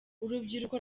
urubyiruko